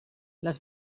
les